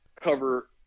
cover